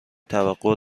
توقع